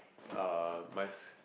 uh my